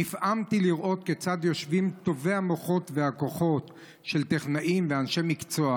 נפעמתי לראות כיצד יושבים טובי המוחות והכוחות של טכנאים ואנשי מקצוע